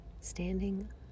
Standing